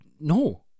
No